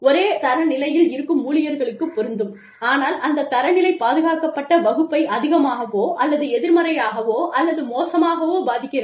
ஒரே தர நிலையில் இருக்கும் ஊழியர்களுக்கு பொருந்தும் ஆனால் அந்த தரநிலை பாதுகாக்கப்பட்ட வகுப்பை அதிகமாகவோ அல்லது எதிர்மறையாகவோ அல்லது மோசமாகவோ பாதிக்கிறது